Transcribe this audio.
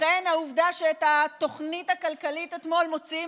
לכן העובדה שאת התוכנית הכלכלית אתמול מוציאים